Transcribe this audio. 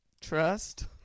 Trust